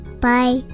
Bye